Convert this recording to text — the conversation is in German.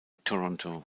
toronto